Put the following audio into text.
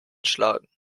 schlagen